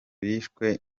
bishwe